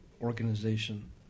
organization